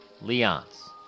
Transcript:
Leon's